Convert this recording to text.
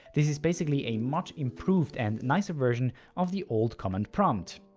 this is basically a much improved and nicer version of the old command prompt.